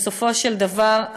בסופו של דבר,